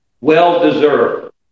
Well-deserved